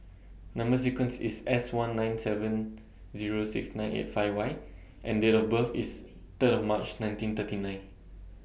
Number sequence IS S one nine seven Zero six nine eight five Y and Date of birth IS Third of March nineteen thirty nine